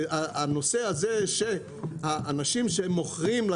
ברור שאנחנו קודם כל תומכים בחוק.